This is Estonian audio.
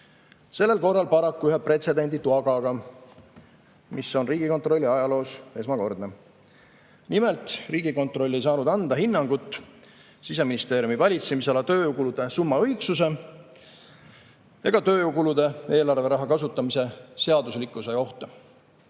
korral paraku ühe pretsedenditu agaga, mis on Riigikontrolli ajaloos esmakordne. Nimelt, Riigikontroll ei saanud anda hinnangut Siseministeeriumi valitsemisala tööjõukulude summa õigsuse ega tööjõukulude eelarveraha kasutamise seaduslikkuse kohta.